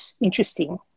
interesting